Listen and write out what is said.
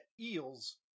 eels